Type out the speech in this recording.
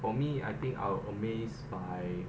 for me I think I'll amaze by